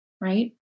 right